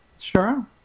Sure